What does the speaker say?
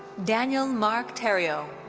daniel marc theriault.